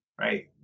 right